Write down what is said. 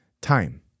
time